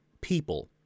people